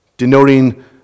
denoting